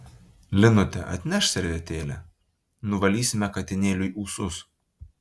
linute atnešk servetėlę nuvalysime katinėliui ūsus